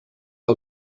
que